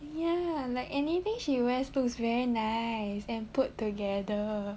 ya like anything she wears looks very nice and put together